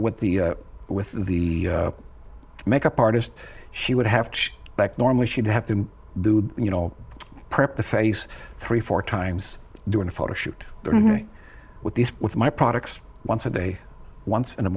what the with the makeup artist she would have like normally she'd have to do you know prep the face three four times doing a photo shoot with these with my products once a day once in